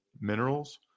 minerals